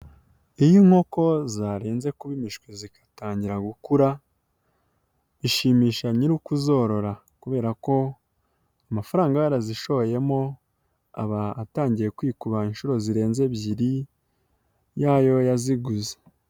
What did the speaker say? Iyo inkoko zarenze kuba imishwi zigatangira gukura, zishimisha nyiri kuzorora kubera ko amafaranga aba yarazishoyemo aba atangiye kwikuba inshuro zirenze ebyiri yayo yaziguze.